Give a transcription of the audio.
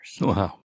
Wow